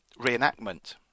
reenactment